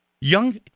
young